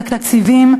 תקציבים,